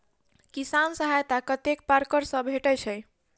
किसान सहायता कतेक पारकर सऽ भेटय छै?